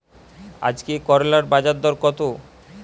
আজকে করলার বাজারদর কত?